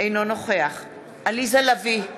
אינו נוכח עליזה לביא,